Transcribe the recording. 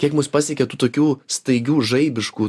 kiek mus pasiekia tokių staigių žaibiškų